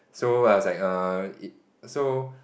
so I was like err so